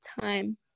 time